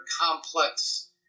complex